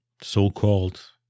so-called